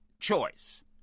choice